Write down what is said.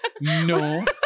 No